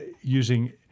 using